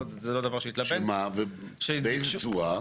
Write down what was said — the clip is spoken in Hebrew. באיזה צורה?